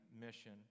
Mission